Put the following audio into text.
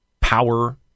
power